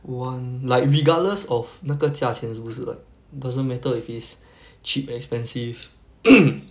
one like regardless of 那个价钱是不是 doesn't matter if it's cheap expensive